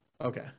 Okay